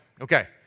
okay